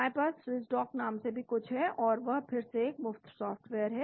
हमारे पास Swiss doc नाम से भी कुछ है और वह फिर से एक मुफ्त सॉफ्टवेयर है